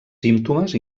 símptomes